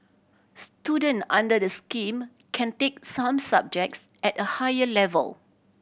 student under the scheme can take some subjects at a higher level